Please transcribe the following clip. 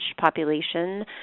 population